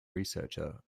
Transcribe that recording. researcher